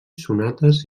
sonates